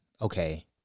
okay